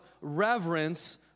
reverence